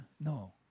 No